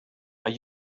are